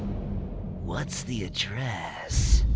what's the address?